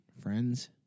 Friends